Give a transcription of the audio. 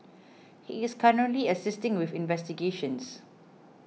he is currently assisting with investigations